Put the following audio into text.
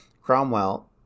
Cromwell